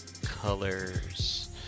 colors